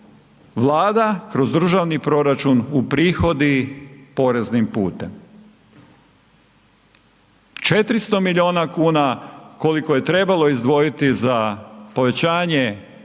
Vlada kroz državni proračun uprihodi poreznim putem. 400 miliona kuna koliko je trebalo izdvojiti za povećanje